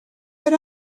but